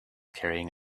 carrying